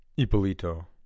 Ippolito